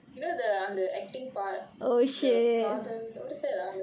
you know the on the acting part the cuddle the what is it uh